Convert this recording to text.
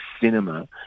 cinema